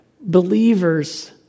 believers